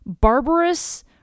barbarous